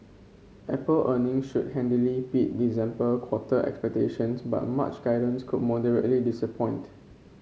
apple earning should handily beat December quarter expectations but March guidance could moderately disappoint